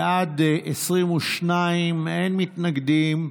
בעד, 22, אין מתנגדים,